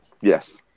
Yes